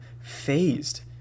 phased